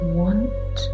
want